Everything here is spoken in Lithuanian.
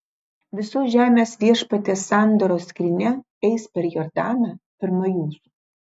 visos žemės viešpaties sandoros skrynia eis per jordaną pirma jūsų